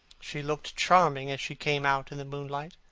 she looked charming as she came out in the moonlight.